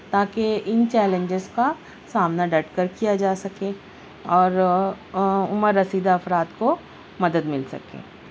تاکہ ان چیلنجز کا سامنا ڈٹ کر کیا جا سکے اور عمر رسیدہ افراد کو مدد مل سکے